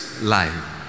life